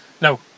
No